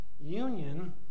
union